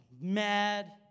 mad